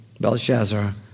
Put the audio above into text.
Belshazzar